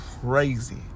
crazy